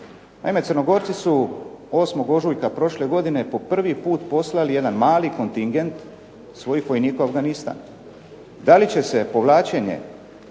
Naime, Crnogorci su 8. ožujka prošle godine po prvi put poslali jedan mali kontingent svojih vojnika u Afganistan. Da li će se povlačenje